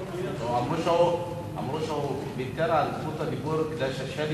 אמרו שהוא ויתר על זכות הדיבור כדי ששלי